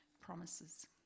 promises